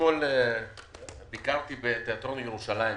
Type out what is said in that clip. אתמול ביקרתי בתיאטרון ירושלים,